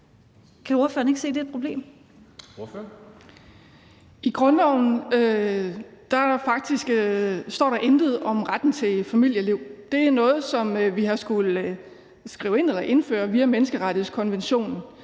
Ordføreren. Kl. 14:13 Kathrine Olldag (RV): I grundloven står der faktisk intet om retten til familieliv. Det er noget, som vi har skullet skrive ind eller indføre via menneskerettighedskonventionen,